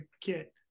kit